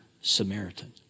Samaritan